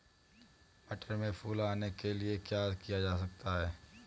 मटर में फूल आने के लिए क्या किया जा सकता है?